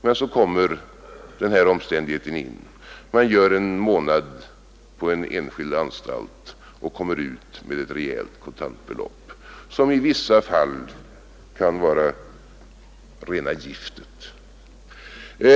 Men så kommer den här omständigheten in: man gör en månad på en enskild anstalt och kommer ut med ett rejält kontantbelopp, som i vissa fall kan vara rena giftet.